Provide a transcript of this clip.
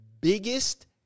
biggest